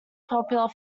popular